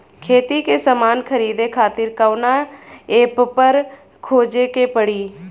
खेती के समान खरीदे खातिर कवना ऐपपर खोजे के पड़ी?